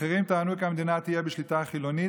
אחרים טענו כי המדינה תהיה בשליטה חילונית